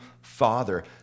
father